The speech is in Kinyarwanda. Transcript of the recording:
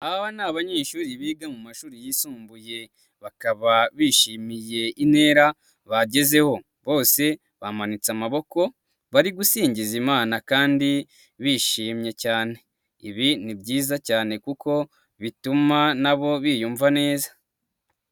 Aba ni abanyeshuri biga mu mashuri yisumbuye bakaba bishimiye intera bagezeho, bose bamanitse amaboko bari gusingiza Imana kandi bishimye cyane. Ibi ni byiza cyane kuko bituma nabo biyumva neza.